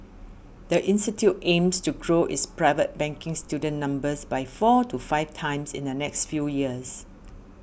the institute aims to grow its private banking student numbers by four to five times in the next few years